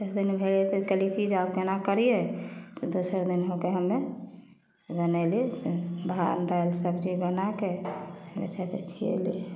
दुनू भाइ बहिनके कहलिए कि जे आब कोना करिए दोसर दिन भऽ कऽ हमे बनैली भात दालि सब्जी बनाके धिआपुताके खिएली